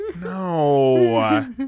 no